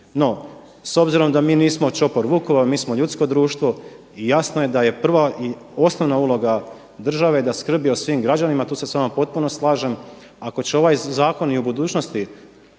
No, s obzirom da mi nismo čopor vukova, mi smo ljudsko društvo i jasno je da je prva i osnovna uloga države da skrbi o svim građanima, tu se s vama potpuno slažem. Ako će ovaj zakon i u budućnosti,